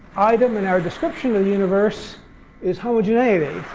item in our description of the universe is homogeneity.